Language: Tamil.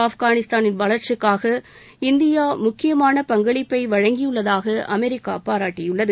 ஆப்கானிஸ்தானின் வளர்ச்சிக்காக இந்தியா முக்கியமான பங்களிப்பை வழங்கியுள்ளதாக அமெரிக்கா பாராட்டியுள்ளது